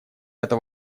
это